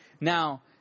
now